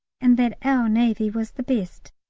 and that our navy was the best,